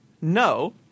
no